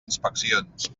inspeccions